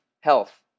health